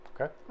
Okay